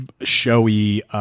showy